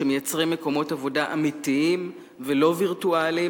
שמייצרים מקומות עבודה אמיתיים ולא וירטואליים,